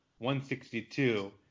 162